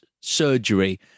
surgery